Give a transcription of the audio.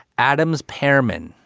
adams. pearman.